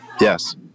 Yes